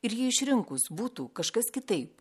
ir jį išrinkus būtų kažkas kitaip